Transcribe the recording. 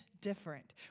different